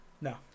No